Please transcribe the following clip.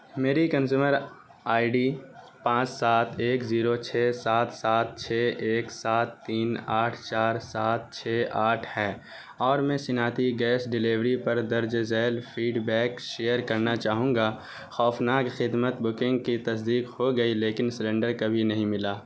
میری consumer I D پانچ سات ایک زیرو چھ سات سات چھ ایک سات تین آٹھ چار سات چھ آٹھ ہے اور میں صنعتی گیس ڈلیوری پر درج ذیل فیڈ بیک شیئر کرنا چاہوں گا خوفناک خدمت بکنگ کی تصدیق ہوگئی لیکن سلنڈر کبھی نہیں ملا